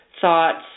thoughts